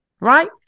right